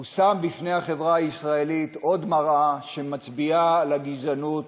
הוא שם בפני החברה הישראלית עוד מראה שמצביעה על הגזענות